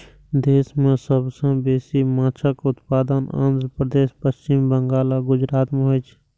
देश मे सबसं बेसी माछक उत्पादन आंध्र प्रदेश, पश्चिम बंगाल आ गुजरात मे होइ छै